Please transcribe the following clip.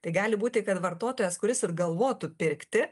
tai gali būti kad vartotojas kuris ir galvotų pirkti